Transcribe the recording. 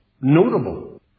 notable